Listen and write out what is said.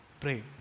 pray